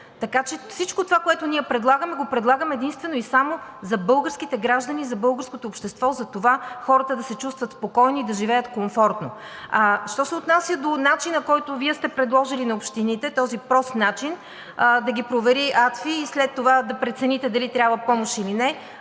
Така че всичко това, което предлагаме, предлагаме го единствено и само за българските граждани и за българското общество, за това хората да се чувстват спокойни и да живеят комфортно. А що се отнася до начина, който Вие сте предложили на общините, този прост начин – да ги провери АДФИ и след това да прецените дали трябва помощ или не.